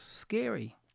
Scary